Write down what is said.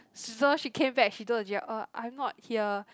so she came back she told the teacher oh I'm not here